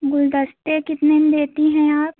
गुलदस्ते कितने में देती हैं आप